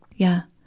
yeah.